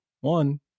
one